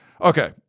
Okay